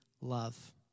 love